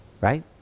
right